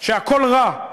שהכול רע,